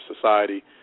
society